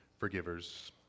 forgivers